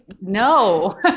no